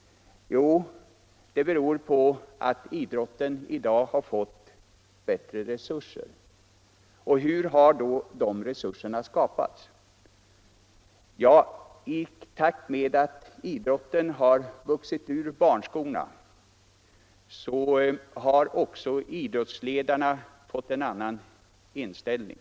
Det beror på att idrotten nu har fått bättre resurser. Hur har då de resurserna skapats? Ja, i takt med att idrotten vuxit ur barnskorna har också idrottsledarna fått en annan inställning.